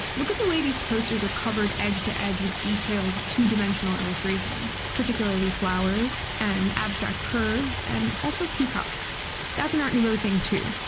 look at the way these posters are covered edge to edge with detailed, two dimensional illustrations. particularly flowers, and abstract curves, and, also peacocks that's an art nouveau thing, too.